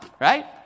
Right